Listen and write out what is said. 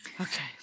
Okay